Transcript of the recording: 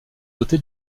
doté